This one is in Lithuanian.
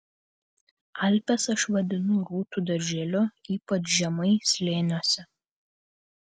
alpes aš vadinu rūtų darželiu ypač žemai slėniuose